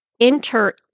enter